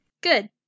Good